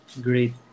great